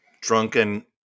drunken